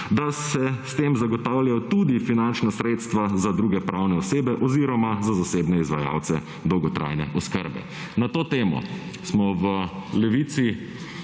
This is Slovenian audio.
da se s tem zagotavljajo tudi finančna sredstva za druge pravne osebe oziroma za zasebne izvajalce dolgotrajne oskrbe. Na to temo smo v Levici